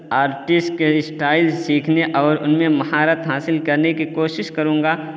artist کے style سیکھنے اور ان میں مہارت حاصل کرنے کی کوشش کروں گا